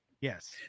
Yes